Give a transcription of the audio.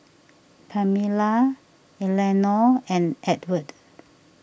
Pamella Elenore and Edward